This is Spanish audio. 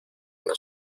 una